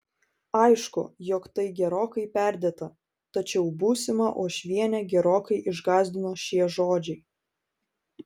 aišku jog tai gerokai perdėta tačiau būsimą uošvienę gerokai išgąsdino šie žodžiai